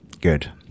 Good